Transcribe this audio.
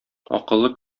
акыллы